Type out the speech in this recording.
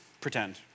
Pretend